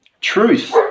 Truth